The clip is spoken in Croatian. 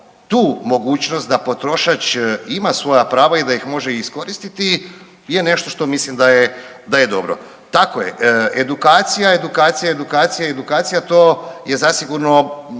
tu mogućnost da potrošač ima svoja prava i da ih može iskoristiti je nešto što mislim da je dobro. Tako je edukacija, edukacija, edukacija, edukacija. To je zasigurno